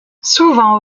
souvent